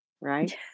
right